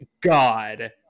God